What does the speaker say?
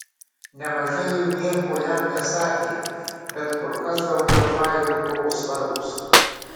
nemažai jų nieko jam nesakė bet kur kas daugiau failų buvo svarbūs